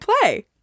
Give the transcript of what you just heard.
play